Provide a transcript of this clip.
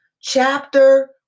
chapter